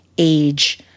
age